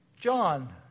John